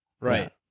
Right